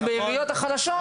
ובעיריות החלשות,